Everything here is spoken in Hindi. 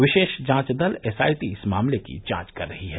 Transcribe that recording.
विशेष जांच दल एसआईटी इस मामले की जांच कर रही है